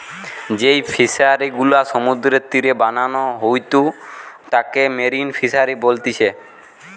যেই ফিশারি গুলা সমুদ্রের তীরে বানানো হয়ঢু তাকে মেরিন ফিসারী বলতিচ্ছে